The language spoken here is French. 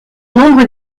nombre